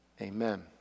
Amen